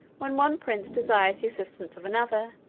when one prince desires the assistance of another,